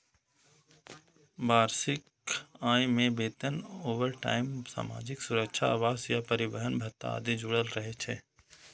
वार्षिक आय मे वेतन, ओवरटाइम, सामाजिक सुरक्षा, आवास आ परिवहन भत्ता आदि जुड़ल रहै छै